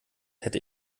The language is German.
hätte